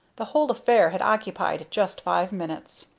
the whole affair had occupied just five minutes.